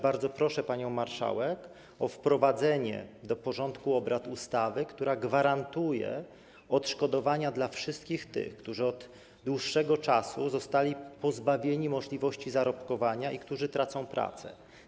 Bardzo proszę panią marszałek o wprowadzenie do porządku obrad ustawy, która gwarantuje odszkodowania wszystkim tym, którzy od dłuższego czasu są pozbawieni możliwości zarobkowania i którzy tracą pracę.